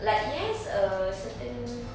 like it has a certain